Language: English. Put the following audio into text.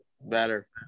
better